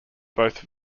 both